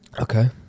Okay